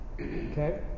Okay